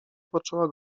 poczęła